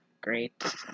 Great